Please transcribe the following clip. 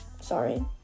Sorry